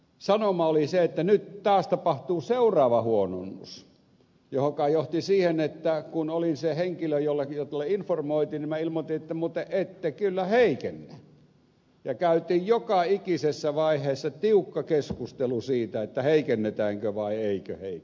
sanoma oli se että nyt taas tapahtuu seuraava huononnus joka johti siihen että kun olin se henkilö jolle informoitiin niin minä ilmoitin että muuten ette kyllä heikennä ja käytiin joka ikisessä vaiheessa tiukka keskustelu siitä heikennetäänkö vai eikö heikennetä